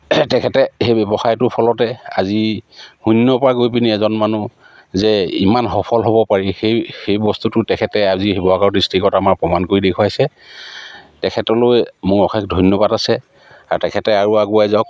তেখেতে সেই ব্যৱসায়টোৰ ফলতে আজি শূন্যৰপৰা গৈ পিনি এজন মানুহ যে ইমান সফল হ'ব পাৰি সেই সেই বস্তুটো তেখেতে আজি শিৱসাগৰ ডিষ্ট্ৰিকত আমাৰ প্ৰমাণ কৰি দেখুৱাইছে তেখেতলৈ মোৰ অশেষ ধন্যবাদ আছে আৰু তেখেতে আৰু আগুৱাই যাওক